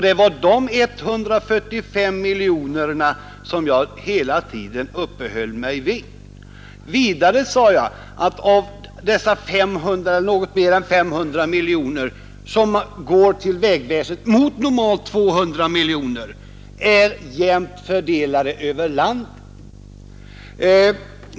Det var dessa 145 miljoner som jag hela tiden uppehöll mig vid. Vidare sade jag att de något mer än 500 miljoner kronor som går till vägväsendet, mot normalt 200 miljoner, är relativt jämnt fördelade över landet.